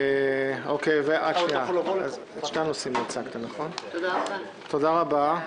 תודה רבה.